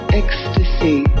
ecstasy